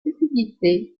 stupidité